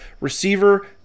receiver